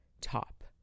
top